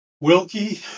Wilkie